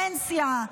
פנסיה,